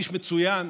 איש מצוין,